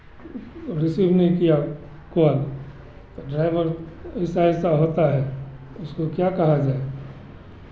receive नहीं किया call तो ड्राइवर ऐसा ऐसा होता है उसको क्या कहा जाए